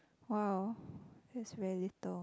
!wow! that's really little